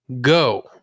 Go